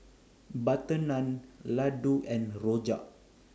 Butter Naan Laddu and Rojak